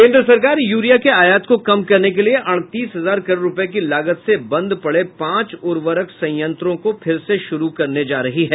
केन्द्र सरकार यूरिया के आयात को कम करने के लिए अड़तीस हजार करोड़ रुपये की लागत से बंद पड़े पांच उर्वरक संयंत्रों को फिर से शुरू करने जा रही है